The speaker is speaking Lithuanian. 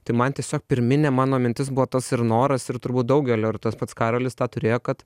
tai man tiesiog pirminė mano mintis buvo tas ir noras ir turbūt daugelio ir tas pats karolis tą turėjo kad